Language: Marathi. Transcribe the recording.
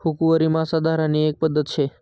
हुकवरी मासा धरानी एक पध्दत शे